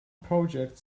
project